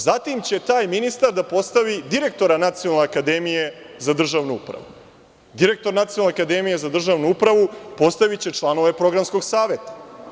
Zatim će taj ministar da postavi direktora Nacionalne akademije za državnu upravu, a direktor Nacionalne akademije za državnu upravu postaviće članove Programskog saveta.